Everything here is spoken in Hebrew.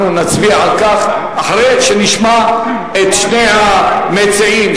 אנחנו נצביע על כך אחרי שנשמע את שני המציעים,